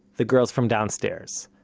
the girls from downstairs.